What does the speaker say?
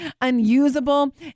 unusable